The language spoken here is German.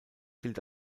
gilt